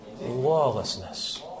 Lawlessness